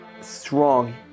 strong